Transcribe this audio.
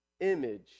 image